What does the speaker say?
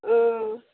অঁ